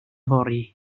fory